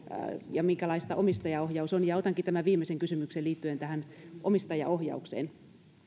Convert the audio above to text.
ja minkälaista omistajaohjaus on otankin tämän viimeisen kysymyksen liittyen tähän omistajaohjaukseen